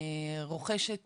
רוכשת